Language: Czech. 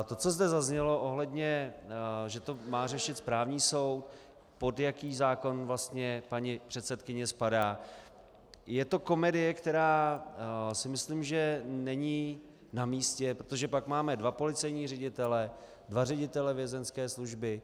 To, co zde zaznělo ohledně toho, že to má řešit správní soud, pod jaký zákon vlastně paní předsedkyně spadá, je to komedie, která si myslím, že není namístě, protože pak máme dva policejní ředitele, dva ředitele Vězeňské služby.